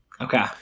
Okay